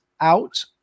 out